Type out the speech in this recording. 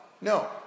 no